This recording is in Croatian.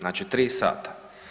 Znači 3 sata.